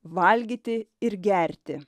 valgyti ir gerti